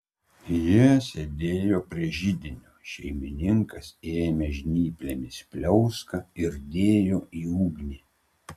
jie sėdėjo prie židinio šeimininkas ėmė žnyplėmis pliauską ir dėjo į ugnį